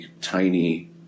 tiny